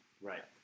Right